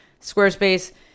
Squarespace